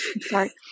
Sorry